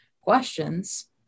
questions